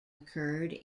occurred